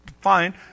fine